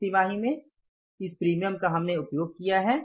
इस तिमाही में इस प्रीमियम का हमने उपयोग किया है